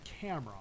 camera